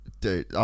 Dude